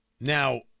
Now